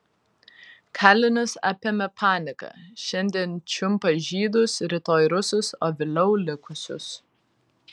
kalinius apėmė panika šiandien čiumpa žydus rytoj rusus o vėliau likusius